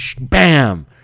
bam